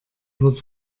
wird